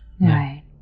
right